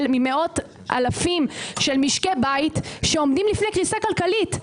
ממאות אלפים של משקי בית שעומדים לפני קריסה כלכלית.